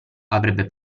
avrebbe